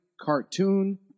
cartoon